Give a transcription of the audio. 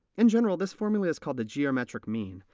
in general, this formula is called the geometric mean.